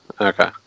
Okay